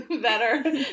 better